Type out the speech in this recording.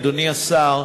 אדוני השר,